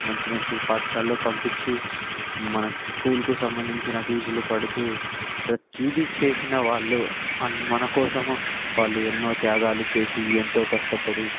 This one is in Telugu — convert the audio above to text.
మంచి మంచి పాఠశాలలకు పంపించి మన స్కూల్కు సంబంధించిన ఫీజులు కడుతూ ప్రతిదీ చేసిన వాళ్ళు అండ్ మన కోసము వాళ్ళు ఎన్నో త్యాగాలు చేసి ఎంతో కష్టపడి